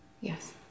Yes